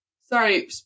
sorry